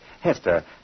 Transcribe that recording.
Hester